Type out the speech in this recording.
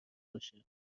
باشه